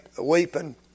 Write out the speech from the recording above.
weeping